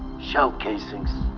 shell casings,